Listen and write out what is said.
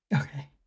Okay